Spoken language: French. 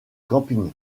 camping